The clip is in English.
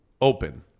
open